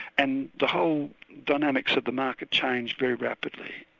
and the whole dynamics of the market changed very rapidly.